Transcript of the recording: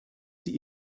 sie